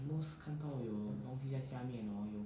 at most 看到有东西在下面 hor 有